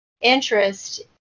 interest